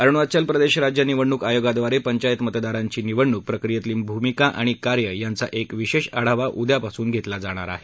अरुणाचल प्रदेश राज्य निवडणूक आयोगाद्वारे पंचायत मतदारांची निवडणूक प्रक्रियेतली भूमिका आणि कार्य यांचा एक विशेष आढावा उदयापासून घेण्यात येणार आहे